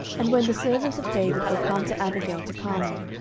and when the servants of david were come to abigail to carmel,